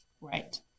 right